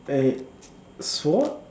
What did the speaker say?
sword